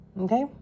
okay